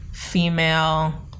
female